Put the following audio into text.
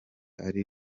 ari